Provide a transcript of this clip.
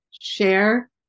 share